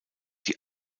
die